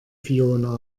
fiona